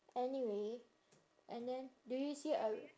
anyway and then do you see a